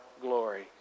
glory